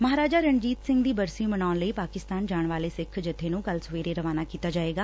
ਮਹਾਰਾਜਾ ਰਣਜੀਤ ਸਿੰਘ ਦੀ ਬਰਸੀ ਮਨਾਉਣ ਲਈ ਪਾਕਿਸਤਾਨ ਜਾਣ ਵਾਲੇ ਸਿੱਖ ਜਥੇ ਨੂੰ ਕੱਲੂ ਸਵੇਰੇ ਰਵਾਨਾ ਕੀਤਾ ਜਾਵੇਗਾ